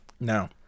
No